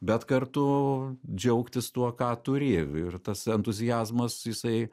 bet kartu džiaugtis tuo ką turi ir tas entuziazmas jisai